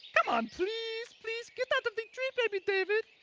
come on please, please get out of the tree baby david.